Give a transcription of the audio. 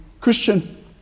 Christian